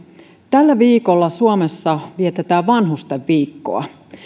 tällä viikolla suomessa vietetään vanhustenviikkoa